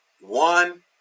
one